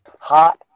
hot